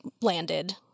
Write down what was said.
landed